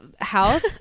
house